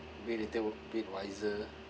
be little bit wiser